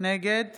נגד